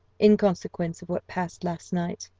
in consequence of what passed last night.